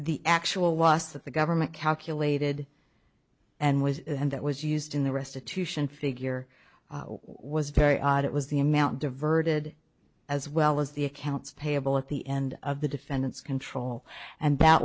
the actual loss that the government calculated and was and that was used in the restitution figure was very odd it was the amount diverted as well as the accounts payable at the end of the defendant's control and that